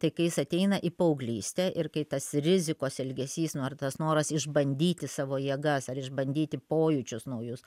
tai kai jis ateina į paauglystę ir kai tas rizikos elgesys nu ar tas noras išbandyti savo jėgas ar išbandyti pojūčius naujus